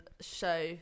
show